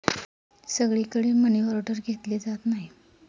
सगळीकडे मनीऑर्डर घेतली जात नाही